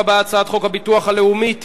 הצעת חוק הביטוח הלאומי (תיקון,